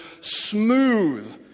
smooth